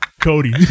Cody